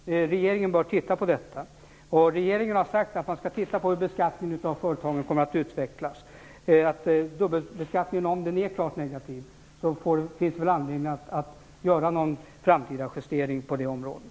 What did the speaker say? Regeringen bör titta på det. Och regeringen har sagt att man skall titta på hur beskattningen av företagen kommer att utvecklas. Om dubbelbeskattningen är klart negativ finns det anledning att göra en justering i framtiden på det området.